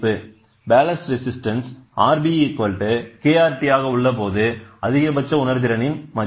ballast resistance RbkRtஉள்ளபோது அதிகபட்ச உணர்திறனின் இன் மதிப்பு